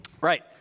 right